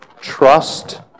trust